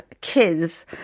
kids